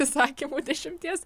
įsakymų dešimties